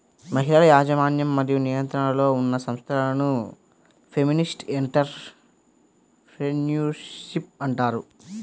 మహిళల యాజమాన్యం మరియు నియంత్రణలో ఉన్న సంస్థలను ఫెమినిస్ట్ ఎంటర్ ప్రెన్యూర్షిప్ అంటారు